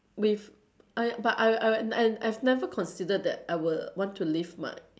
with I but I I I've never considered that I will want to leave my